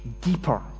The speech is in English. deeper